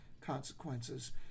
consequences